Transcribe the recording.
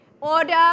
Order